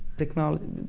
technology.